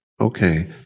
Okay